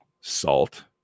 salt